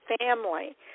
family